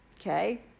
Okay